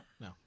no